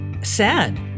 sad